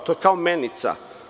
To je kao menica.